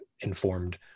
informed